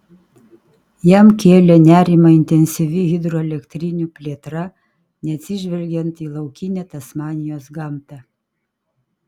jam kėlė nerimą intensyvi hidroelektrinių plėtra neatsižvelgiant į laukinę tasmanijos gamtą